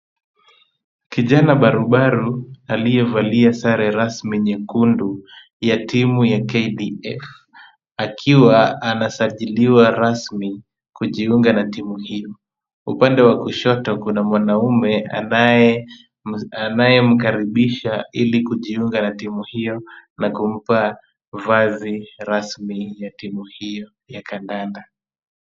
Kijana barubaru aliyevalia sare rasmi nyekundu ya timu ya KDF akiwa anasajiliwa rasmi kujiunga na timu hiyo. Upande wa kushoto kuna mwanaume anayemkaribisha ili kujiunga na timu hiyo na kumpa vazi rasmi ya timu hiyo ya kandanda.